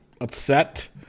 upset